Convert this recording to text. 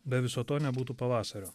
be viso to nebūtų pavasario